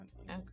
Okay